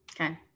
Okay